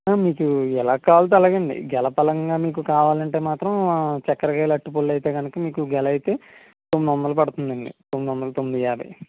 మీకు ఎలా కావాలంటే అలాగే అండి గెల పళంగా మీకు కావాలంటే మాత్రం చక్కెరకేళి అరటిపళ్ళు అయితే గనక మీకు గెల అయితే తొమ్మిది వందలు పడుతుందండి తొమ్మిది వందల తొమ్మిదీ యాభై